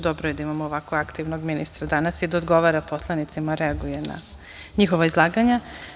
Dobro je da imamo ovako aktivnog ministra danas i da odgovara poslanicama i da reaguje na njihova izlaganja.